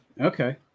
Okay